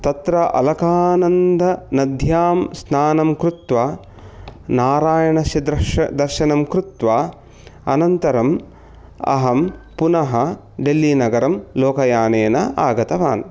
तत्र अलकानन्दनद्यां स्नानं कृत्वा नारायणस्य द्रश् दर्शनं कृत्वा अनन्तरम् अहं पुनः डेल्लीनगरं लोकयानेन आगतवान्